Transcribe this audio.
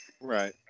Right